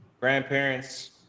grandparents